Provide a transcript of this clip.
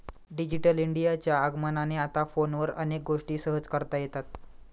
digital इंडियाच्या आगमनाने आता फोनवर अनेक गोष्टी सहज करता येतात